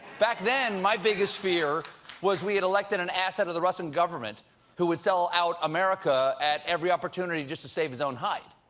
back then my biggest fear is we had elected an asset of the russian government who would sell out america at every opportunity just to save his own hide.